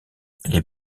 les